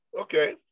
Okay